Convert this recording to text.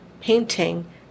painting